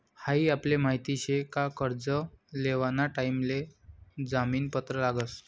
हाई आपले माहित शे का कर्ज लेवाना टाइम ले जामीन पत्र लागस